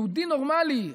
יהודי נורמלי,